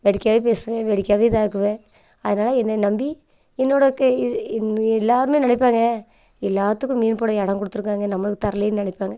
வேடிக்கையாகவே பேசுவேன் வேடிக்கையாகவே இதாக ஆக்குவேன் அதனால் என்னை நம்பி என்னோடய எல்லோருமே நினைப்பாங்க எல்லோத்துக்கும் மீன் போட இடம் கொடுத்துருக்காங்க நம்மளுக்கு தர்லேயேனு நினைப்பாங்க